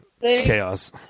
chaos